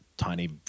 Tiny